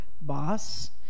boss